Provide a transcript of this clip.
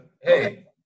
hey